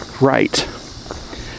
right